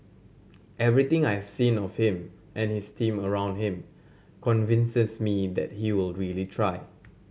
everything I've seen of him and his team around him convinces me that he will really try